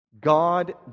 God